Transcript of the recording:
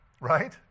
Right